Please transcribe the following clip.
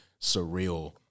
surreal